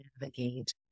navigate